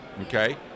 okay